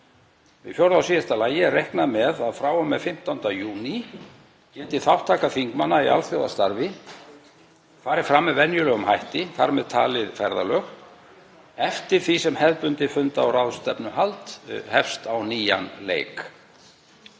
Í fjórða og síðasta lagi er reiknað með að frá og með 15. júní geti þátttaka þingmanna í alþjóðastarfi farið fram með venjulegum hætti, þar með talið ferðalög, eftir því sem hefðbundið funda- og ráðstefnuhald hefst á nýjan leik.